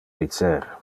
dicer